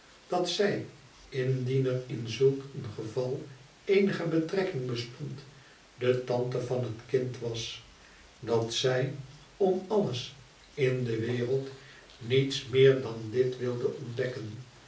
dat zij indien er in zulk een geval eenige betrekking bestond de tante van het kind was dat zij om alles in de wereld niets meer dan dit wilde ontdekken